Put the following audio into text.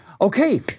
okay